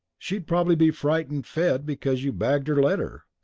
she'd probably be frightfully fed because you bagged her letter!